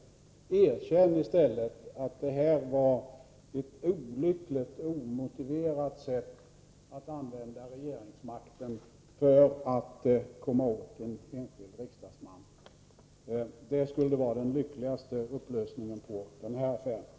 Erkänn i stället att det här var ett olyckligt, omotiverat sätt att Riksdagsledariar ä : Är er ten Carl Bildts resa använda regeringsmakten för att komma åt en enskild riksdagsman! Det till USA skulle vara den lyckligaste upplösningen på den här affären.